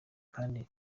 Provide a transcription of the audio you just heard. kandi